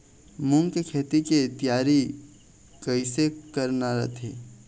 मूंग के खेती के तियारी कइसे करना रथे?